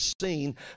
seen